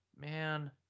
man